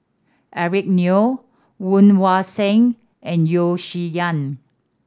Eric Neo Woon Wah Siang and Yeo Shih Yun